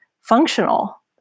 functional